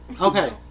okay